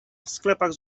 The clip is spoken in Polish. sklepach